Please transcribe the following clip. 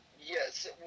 Yes